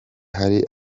hari